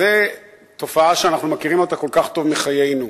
זו תופעה שאנחנו מכירים כל כך טוב מחיינו.